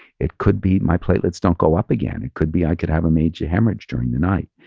it could be, my platelets don't go up again. it could be, i could have a major hemorrhage during the night.